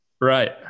Right